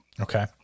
Okay